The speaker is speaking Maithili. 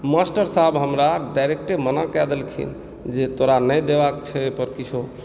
मास्टर साहब हमरा डाइरेक्टे मना कय देलखिन जे तोरा नहि देबाक छै एहि पर किछो